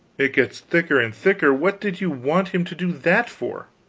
it gets thicker and thicker. what did you want him to do that for?